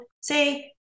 say